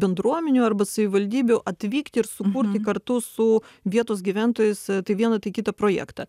bendruomenių arba savivaldybių atvykti ir sukurti kartu su vietos gyventojais tai vieną tai kitą projektą